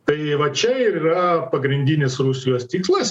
tai va čia ir yra pagrindinis rusijos tikslas